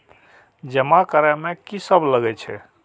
जमा करे में की सब लगे छै?